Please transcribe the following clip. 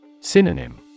Synonym